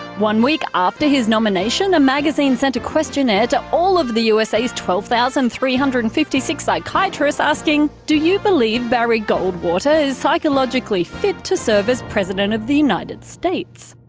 one week after his nomination, a magazine sent a questionnaire to all of the usa's twelve thousand three hundred and fifty six psychiatrists asking, do you believe barry goldwater is psychologically fit to serve as president of the united states?